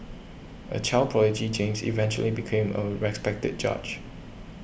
a child prodigy James eventually became a respected judge